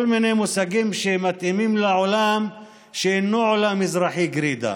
מיני מושגים שמתאימים לעולם שאינו עולם אזרחי גרידא.